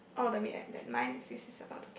all the then mine it says he's about to kick